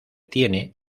tiene